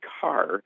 car